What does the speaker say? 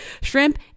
shrimp